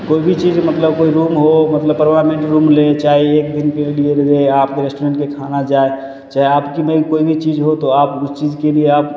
कोइ भी चीज मतलब कोइ रूम हो मतलब परमानेन्ट रूम लै लए चाही एक दिनके लिए आपके रेस्टोरेन्टके खाना जाइ चाहे आपकेमे कोइ चीज हो तो आप उस चीजके लिए आप